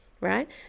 right